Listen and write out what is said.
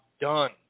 done